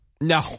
No